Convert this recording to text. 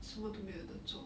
什么都没有的做